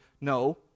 no